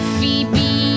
Phoebe